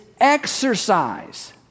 Exercise